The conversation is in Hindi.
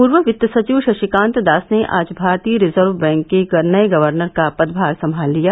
पूर्व वित्त सचिव शक्तिकांत दास ने आज भारतीय रिजर्व बैंक के नये गवर्नर का पदभार संभाल लिया